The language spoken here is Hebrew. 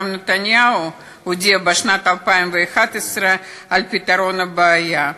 שגם נתניהו הודיע בשנת 2011 על פתרון הבעיה,